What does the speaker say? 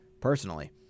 personally